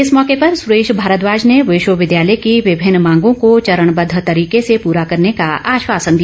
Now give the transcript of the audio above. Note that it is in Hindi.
इस मौके पर सुरेश भारद्वाज ने विश्वविद्यालय की विभिन्न मांगों को चरणबद्व तरीके से पूरा करने का आश्वासन दिया